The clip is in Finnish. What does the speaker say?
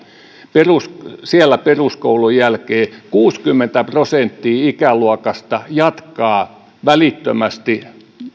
peruskoulun jälkeen kuusikymmentä prosenttia ikäluokasta jatkaa välittömästi